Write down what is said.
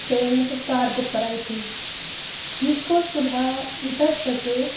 سے مطلب car book کرائی تھی جس کو صبح دس بجے